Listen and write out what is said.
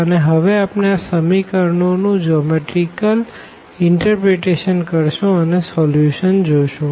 અને હવે આપણે આ ઇક્વેશનો નું જોમેટરીકલ ઇનટરપ્રીટેશન કરશુ અને સોલ્યુશન જોશું